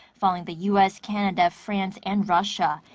following the u s, canada, france and russia.